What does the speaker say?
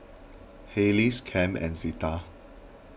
hey lease Cam and Zita